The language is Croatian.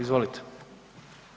Izvolite.